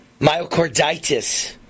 myocarditis